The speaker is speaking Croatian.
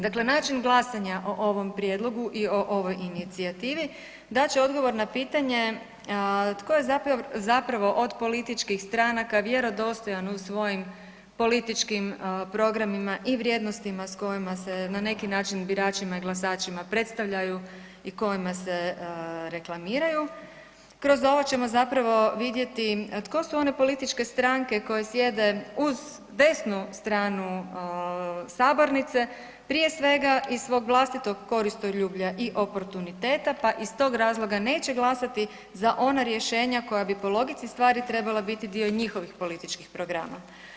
Dakle način glasanja o ovom prijedlogu i o ovoj inicijativi dat će odgovor na pitanje tko je zapravo od političkih stranaka vjerodostojan u svojim političkim programima i vrijednostima s kojima se na neki način biračima i glasačima predstavljaju i kojima se reklamiraju, kroz ovo ćemo zapravo vidjeti tko su one političke stranke koje sjede uz desnu stranu sabornice, prije svega iz svog vlastitog koristoljublja i oportuniteta pa iz tog razloga neće glasati za ona rješenja koja bi po logici stvari trebala biti i dio njihovih političkih programa.